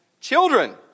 Children